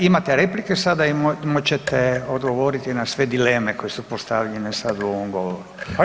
Imate replike sada i moći ćete odgovoriti na sve dileme koje su postavljene sada u ovom govoru.